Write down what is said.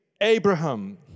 Abraham